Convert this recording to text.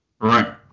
Right